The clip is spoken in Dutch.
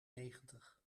negentig